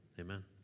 amen